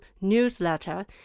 newsletter